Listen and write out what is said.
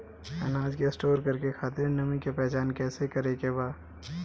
अनाज के स्टोर करके खातिर नमी के पहचान कैसे करेके बा?